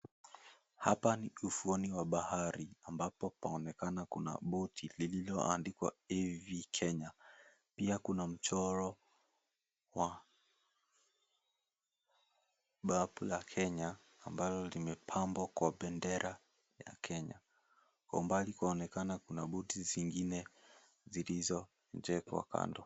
Hapa ni ufuoni wa bahari ambapo panaoneka kuna boti lililoandikwa MV Kenya. Pia kuna mchoro wa bapu la Kenya ambalo limepambwa kwa bendera ya Kenya. Kwa umbali kunaonekana kuna boti zingine zilizoekwa kando.